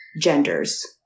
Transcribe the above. genders